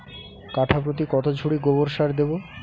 কাঠাপ্রতি কত ঝুড়ি গোবর সার দেবো?